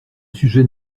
sujet